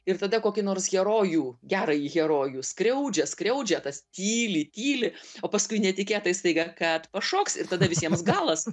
ir tada kokį nors herojų gerąjį herojų skriaudžia skriaudžia tas tyli tyli o paskui netikėtai staiga kad pašoks ir tada visiems galas